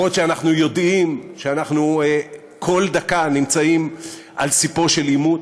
אפילו שאנחנו יודעים שאנחנו כל דקה נמצאים על ספו של עימות,